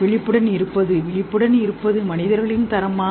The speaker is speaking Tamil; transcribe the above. விழிப்புடன் இருப்பது விழிப்புடன் இருப்பது மனிதர்களின் தரமா